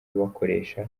bakoresha